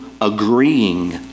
agreeing